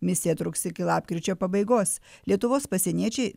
misija truks iki lapkričio pabaigos lietuvos pasieniečiai